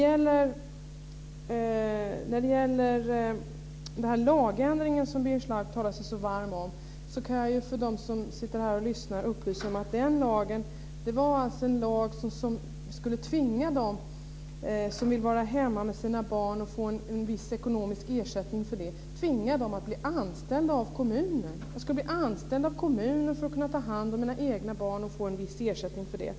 När det gäller den lagändring som Birger Schlaug talar sig så varm för, kan jag upplysa dem som sitter här och lyssnar om att det var en lag som skulle tvinga dem som vill vara hemma med sina barn och få en viss ekonomisk ersättning för det att bli anställda av kommunen. Man skulle bli anställd av kommunen för att kunna ta hand om sina egna barn och få en viss ersättning för det.